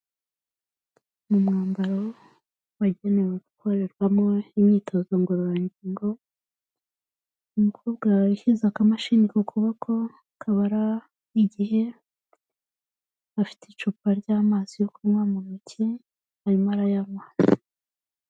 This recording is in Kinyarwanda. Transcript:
Mu mwambaro wagenewe gukorerwamo imyitozo ngororangingo, umukobwa yashyize akamashini ku kuboko kabara igihe, afite icupa ry'amazi yo kunywa mu ntoki arimo arayanywa.